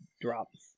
drops